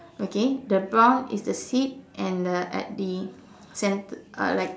okay the brown is the seat and the at the center uh like